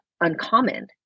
uncommon